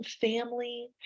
family